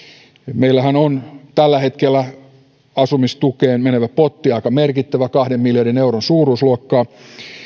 meillähän on tällä hetkellä asumistukeen menevä potti aika merkittävä kahden miljardin euron suuruusluokkaa